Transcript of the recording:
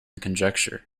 conjecture